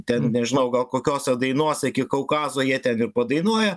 ten nežinau gal kokiose dainose iki kaukazo jie ten ir padainuoja